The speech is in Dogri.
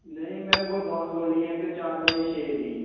नेईं मेरे कोल बाग बनी ऐ इक चार बाई छे दी